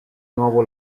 nuovo